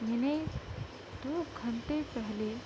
میں نے دو گھنٹے پہلے